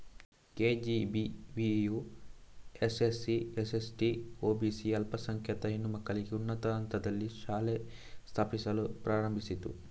ಕೆ.ಜಿ.ಬಿ.ವಿಯು SC, ST, OBC ಅಲ್ಪಸಂಖ್ಯಾತ ಹೆಣ್ಣು ಮಕ್ಕಳಿಗೆ ಉನ್ನತ ಹಂತದಲ್ಲಿ ಶಾಲೆ ಸ್ಥಾಪಿಸಲು ಪ್ರಾರಂಭಿಸಿತು